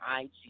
IG